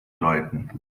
läuten